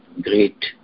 great